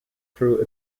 through